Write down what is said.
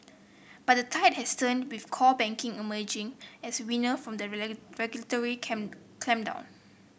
but the tide has turned with core banking emerging as winner from the regulatory clampdown